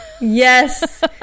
Yes